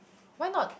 why not